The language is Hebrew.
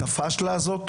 עצמה.